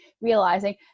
realizing